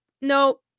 no